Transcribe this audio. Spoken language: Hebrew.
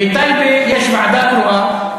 בטייבה יש ועדה קרואה.